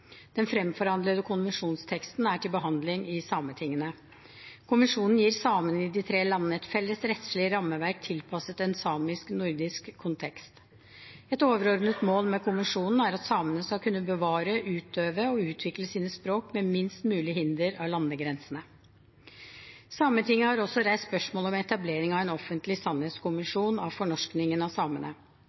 Den fremforhandlede konvensjonsteksten er til behandling i sametingene. Konvensjonen gir samene i de tre landene et felles rettslig rammeverk tilpasset en samisk-nordisk kontekst. Et overordnet mål med konvensjonen er at samene skal kunne bevare, utøve og utvikle sine språk med minst mulig hinder av landegrensene. Sametinget har også reist spørsmål om etablering av en offentlig sannhetskommisjon om fornorskingen av samene.